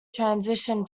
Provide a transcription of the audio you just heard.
transition